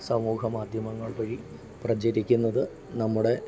സമൂഹ മാദ്ധ്യമങ്ങൾ വഴി പ്രചരിക്കുന്നത് നമ്മുടെ